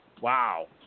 Wow